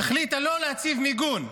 החליטה לא להציב מיגון.